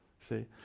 See